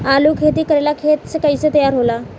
आलू के खेती करेला खेत के कैसे तैयारी होला?